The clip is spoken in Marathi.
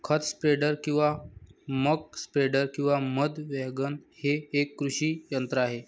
खत स्प्रेडर किंवा मक स्प्रेडर किंवा मध वॅगन हे एक कृषी यंत्र आहे